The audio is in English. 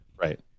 Right